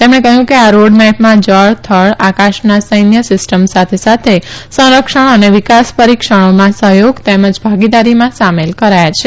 તેમણે કહયું કે આ રોડમેપમાં જળ થળ આકાશના સૈન્ય સીસ્ટમ સાથે સાથે સંરક્ષણ અને વિકાસ પરીક્ષણોમાં સહથોગ તેમજ ભાગીદારીમાં સામેલ કરાયા છે